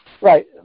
Right